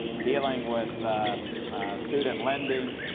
dealing with student lending,